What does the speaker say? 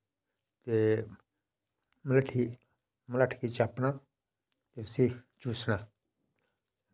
ते मलाट्ठी मलाट्ठ गी चापना उसी चूसना